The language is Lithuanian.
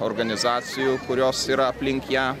organizacijų kurios yra aplink ją